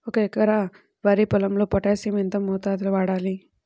ఒక ఎకరా వరి పొలంలో పోటాషియం ఎంత మోతాదులో వాడాలి?